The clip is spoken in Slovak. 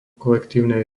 kolektívnej